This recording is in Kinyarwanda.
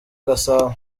gasabo